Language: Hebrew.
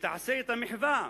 ותעשה את המחווה,